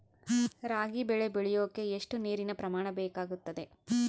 ರಾಗಿ ಬೆಳೆ ಬೆಳೆಯೋಕೆ ಎಷ್ಟು ನೇರಿನ ಪ್ರಮಾಣ ಬೇಕಾಗುತ್ತದೆ?